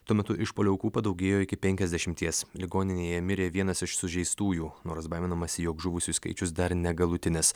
tuo metu išpuolio aukų padaugėjo iki penkiasdešimties ligoninėje mirė vienas iš sužeistųjų nors baiminamasi jog žuvusių skaičius dar negalutinis